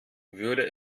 würde